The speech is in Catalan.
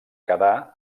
quedar